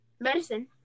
medicine